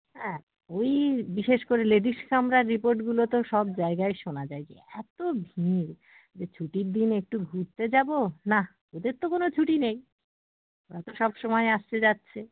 হ্যাঁ ওই বিশেষ করে লেডিজ কামরার রিপোর্টগুলো তো সব জায়গায় শোনা যায় যে এত ভিড় যে ছুটির দিন একটু ঘুরতে যাবো না ওদের তো কোনো ছুটি নেই ওরা তো সব সময় আসছে যাচ্ছে